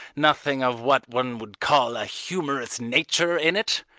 nothing of what one would call a humorous nature in it?